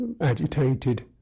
agitated